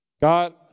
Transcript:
God